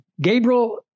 Gabriel